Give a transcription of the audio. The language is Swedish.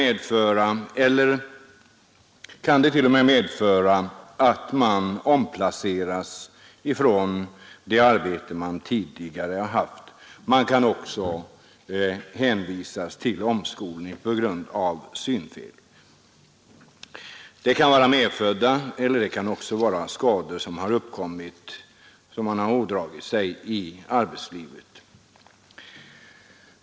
Man kan t.o.m. omplaceras från det arbete man tidigare har haft eller hänvisas till omskolning på grund av synfel. Det kan gälla skador som man ådragit sig i arbetslivet.